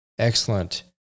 excellent